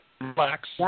relax